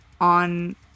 on